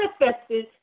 manifested